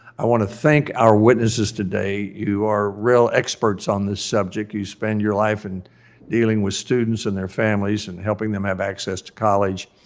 i want to thank our witnesses today. you are real experts on this. you spend your life and dealing with students and their families and helping them have access to college.